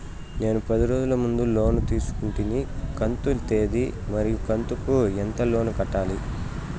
నేను పది రోజుల ముందు లోను తీసుకొంటిని కంతు తేది మరియు కంతు కు ఎంత లోను కట్టాలి?